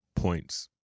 points